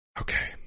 okay